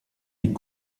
est